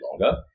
longer